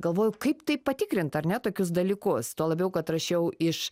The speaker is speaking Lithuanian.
galvoju kaip tai patikrint ar ne tokius dalykus tuo labiau kad rašiau iš